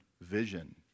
vision